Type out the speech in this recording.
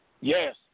Yes